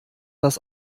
das